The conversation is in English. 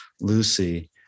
Lucy